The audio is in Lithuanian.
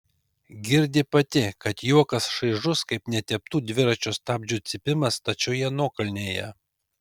girdi pati kad juokas šaižus kaip neteptų dviračio stabdžių cypimas stačioje nuokalnėje